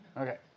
Okay